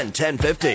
1050